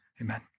Amen